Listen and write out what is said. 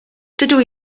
dydw